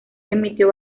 emitió